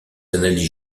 analyses